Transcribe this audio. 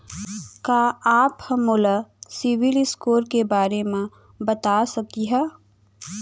का आप हा मोला सिविल स्कोर के बारे मा बता सकिहा?